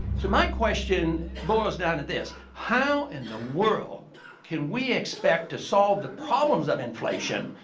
so, my question boils down to this how in the world can we expect to solve the problems of inflation?